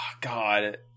God